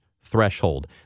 threshold